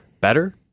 better